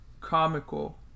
comical